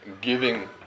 giving